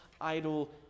idle